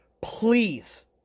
please